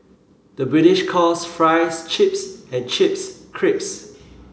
the British calls fries chips and chips crisps